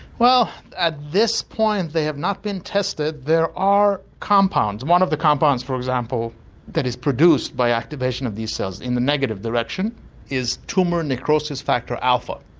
well at this point they have not been tested. there are compounds and one of the compounds for example that is produced by activation of these cells in the negative direction is tumour necrosis factor alpha,